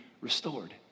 restored